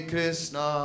Krishna